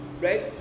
right